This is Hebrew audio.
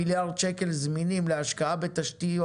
מיליארד שקלים זמינים להשקעה בתשתיות,